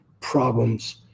problems